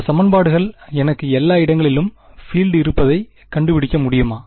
இந்த சமன்பாடுகள் எனக்கு எல்லா இடங்களிலும் பீல்ட் இருப்பதை கண்டுபிடிக்க முடியுமா